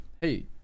hey